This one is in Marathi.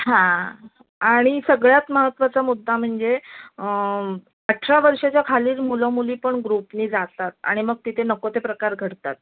हां आणि सगळ्यात महत्वाचा मुद्दा म्हणजे अठरा वर्षाच्या खालील मुलंमुली पण ग्रुपने जातात आणि मग तिथे नको ते प्रकार घडतात